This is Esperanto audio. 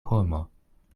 homo